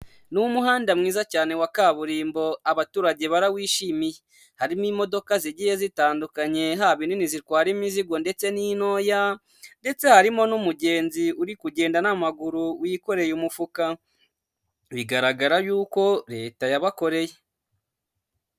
Ni umuhanda mwiza cyane wa kaburimbo abaturage barawishimiye. Harimo imodoka zigiye zitandukanye haba inini zitwara imizigo ndetse n'intoya. Ndetse harimo n'umugenzi urikugenda n'amaguru wikoreye umufuka. Bigaragara yuko Leta yabakoreye.